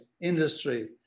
industry